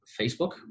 Facebook